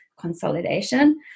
consolidation